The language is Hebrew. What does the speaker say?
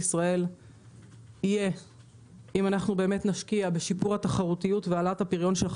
זה יקרה אם נשקיע בהעלאת התחרותיות והפריון.